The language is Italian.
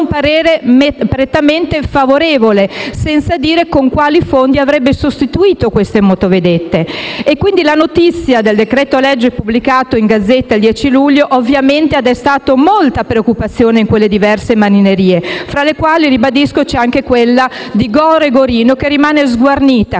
senza dire con quali fondi avrebbe sostituito queste motovedette. Quindi la notizia del decreto-legge pubblicato in *Gazzetta Ufficiale* il 10 luglio ovviamente ha destato molta preoccupazione nelle diverse marinerie, tra le quali ribadisco ci sono anche quelle di Goro e Gorino che rimangono sguarnite. Come ha